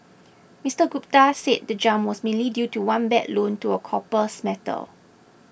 Mister Gupta said the jump was mainly due to one bad loan to a copper smelter